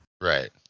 Right